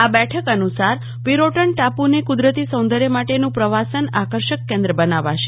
આબેઠક અનુ સાર પિરોટન ટાપુને કુદરતી સૌંદર્ય માટેનું પ્રવાસન આકર્ષક કેન્દ્ર બનાવાશે